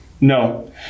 No